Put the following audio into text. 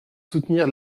soutenir